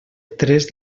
tres